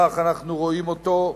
וכך אנחנו רואים אותו,